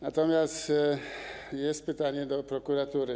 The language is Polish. Natomiast jest pytanie do prokuratury.